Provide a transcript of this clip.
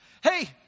Hey